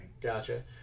Gotcha